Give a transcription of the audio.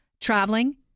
traveling